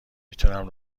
میتونم